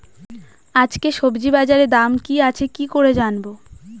আজকে সবজি বাজারে দাম কি আছে কি করে জানবো?